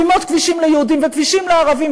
ועם עוד כבישים ליהודים וכבישים לערבים,